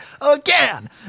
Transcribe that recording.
again